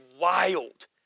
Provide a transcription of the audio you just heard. wild